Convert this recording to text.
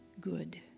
good